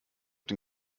den